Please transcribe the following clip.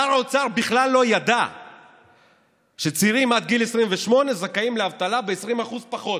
שר האוצר בכלל לא ידע שצעירים עד גיל 28 זכאים לאבטלה ב-20% פחות.